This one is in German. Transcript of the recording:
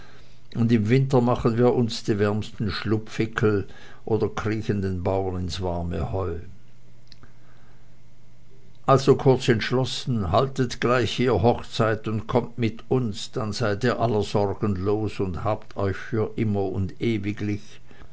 und im winter machen wir uns die wärmsten schlupfwinkel oder kriegen den bauern ins warme heu also kurz entschlossen haltet gleich hier hochzeit und kommt mit uns dann seid ihr aller sorgen los und habt euch für immer und ewiglich